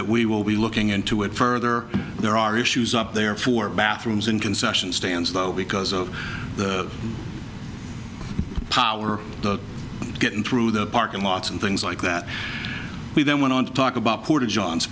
that we will be looking into it further there are issues up there for bathrooms and concession stands though because of the power getting through the parking lots and things like that we then went on to talk about quarter john